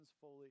fully